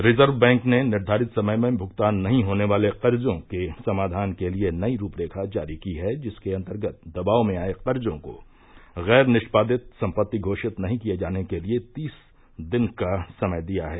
reserve bank ने निर्धारित समय में भुगतान नहीं होने वाले कर्जो के समाधान के लिए नई रूपरेखा जारी की है जिसके अंतर्गत दबाव में आये कर्जो को गैर निष्पादित संपत्ति घोषित नहीं किये जाने के लिए तीस दिन का समय दिया है